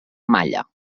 malla